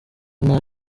nta